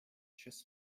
chess